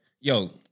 yo